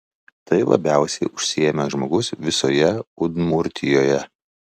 tai labiausiai užsiėmęs žmogus visoje udmurtijoje